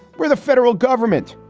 where the federal government.